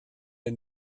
der